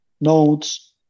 notes